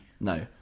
No